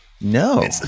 No